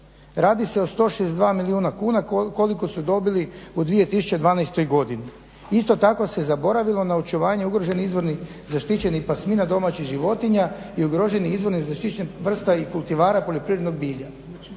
Radi se o 162 milijuna kuna koliko su dobili u 2012. godini. Isto tako se zaboravilo na očuvanje ugroženih izvornih zaštićenih pasmina domaćih životinja i ugroženih izvornih zaštićenih vrsta i kultivara poljoprivrednog bilja.